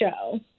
show